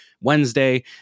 Wednesday